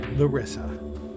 Larissa